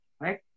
right